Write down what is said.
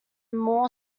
moore